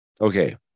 Okay